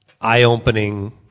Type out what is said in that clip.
eye-opening